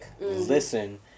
listen